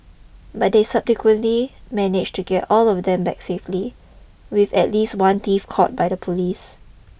but they subsequently managed to get all of them back safely with at least one thief caught by the police